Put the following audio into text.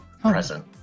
present